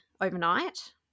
overnight